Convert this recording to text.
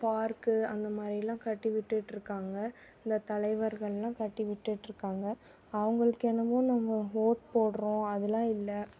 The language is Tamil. பார்க்கு அந்த மாதிரிலாம் கட்டி விட்டுகிட்ருக்காங்க இந்த தலைவர்களெலாம் கட்டி விட்டுகிட்ருக்காங்க அவங்களுக்கு என்னமோ நம்ம வோட் போடுறோம் அதலாம் இல்லை